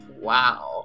Wow